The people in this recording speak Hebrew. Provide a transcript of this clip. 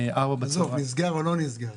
נסגר או לא נסגר?